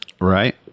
Right